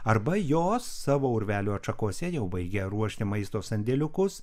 arba jos savo urvelių atšakose jau baigia ruošti maisto sandėliukus